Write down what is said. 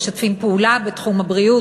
משתפים פעולה בתחום הבריאות.